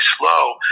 slow